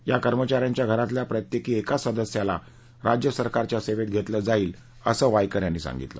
या कर्मचाऱ्यांच्या घरातल्या प्रत्येकी एका सदस्याला राज्य सरकारच्या सेवेत घेतलं जाईल असं वायकर यांनी सांगितलं